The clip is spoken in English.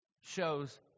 shows